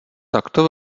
takto